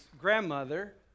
grandmother